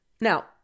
Now